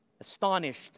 astonished